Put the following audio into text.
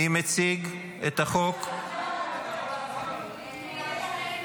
נעבור לנושא הבא על